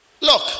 Look